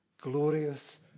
glorious